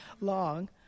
long